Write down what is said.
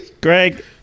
greg